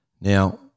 Now